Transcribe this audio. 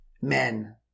men